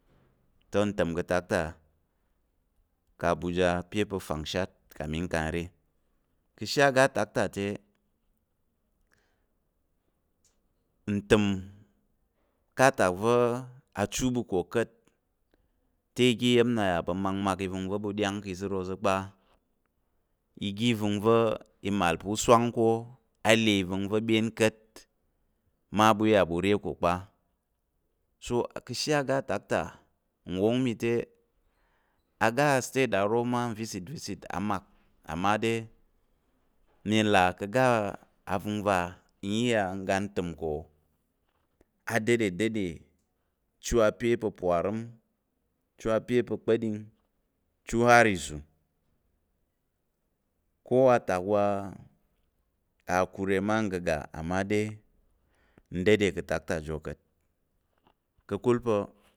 Te ntəm ka̱ atak ta ka̱ abuja ape pa̱ fangshat kami kang n re, ka̱ ashe oga atak te, ntəm ká̱ atak va̱ achu ka̱ ka̱t te oga iya̱m nna yà pa̱ makmak ivəngva̱ ɓu ɗyang ka̱ ìzər. oza̱ kpa oga ivəngva̱ mal pa̱ u swang ko a le ivəngva̱ byen ka̱t mma ɓu iya ɓu re ko kpa. so ka̱ ashe oga atak ta n wong mi te, oga state aro mma iya visit chit amak amma. mi là ka̱ ashe avəngva iya n ga n təm ko adade dade chu ape pa̱ parəm, chu ape pa̱ kpa̱ɗing. chu har ìzun ko atak wa akure mma n gəga amma de n dade ka̱ atak jiwo ka̱t ka̱kul pa̱.